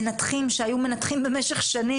מנתחים שהיו מנתחים במשך שנים,